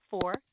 four